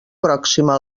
pròxima